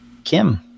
Kim